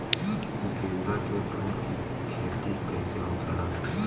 गेंदा के फूल की खेती कैसे होखेला?